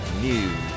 News